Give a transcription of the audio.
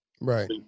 Right